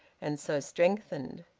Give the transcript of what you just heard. and so strengthened.